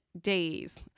days